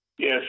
Yes